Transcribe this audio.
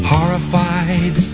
Horrified